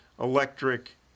electric